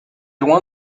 loin